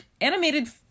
animated